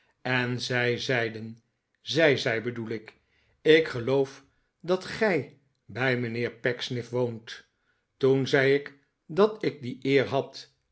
en zij zeiden z ij zei bedoel ik ik geloof dat gij bij mijnheer pecksniff woont toen zei ik dat ik die eer had